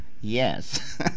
Yes